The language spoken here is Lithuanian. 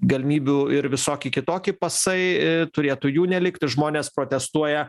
galimybių ir visoki kitoki pasai turėtų jų nelikt žmonės protestuoja